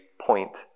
point